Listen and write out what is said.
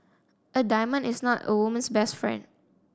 a diamond is not a woman's best friend